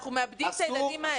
אנחנו מאבדים את הילדים האלה.